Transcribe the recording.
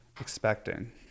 expecting